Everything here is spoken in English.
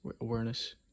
awareness